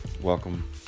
welcome